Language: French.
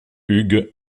hugues